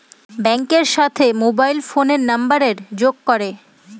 ব্যাঙ্কের সাথে মোবাইল ফোনের নাম্বারের যোগ করে